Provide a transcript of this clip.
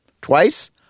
Twice